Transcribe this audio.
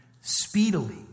speedily